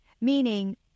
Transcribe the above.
Meaning